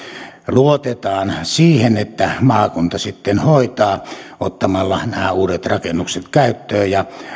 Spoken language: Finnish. luotetaan siihen että maakunta sitten hoitaa ottamalla nämä uudet rakennukset käyttöön ja